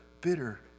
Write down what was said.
bitter